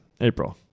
April